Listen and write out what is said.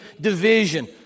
division